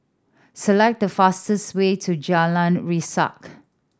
select the fastest way to Jalan Resak